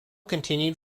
continued